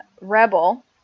rebel